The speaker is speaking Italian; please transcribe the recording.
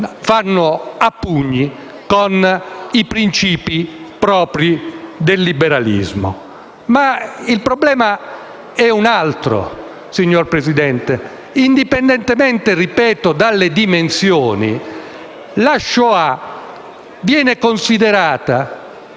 fanno a pugni con i principi propri del liberalismo. Ma il problema è un altro, signora Presidente. Indipendentemente dalle dimensioni, la Shoah viene considerata,